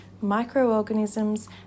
microorganisms